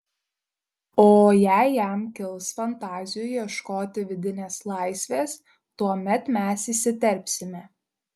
o jei jam kils fantazijų ieškoti vidinės laisvės tuomet mes įsiterpsime